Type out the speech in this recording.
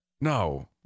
No